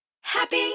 Happy